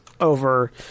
over